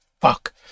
fuck